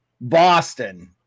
Boston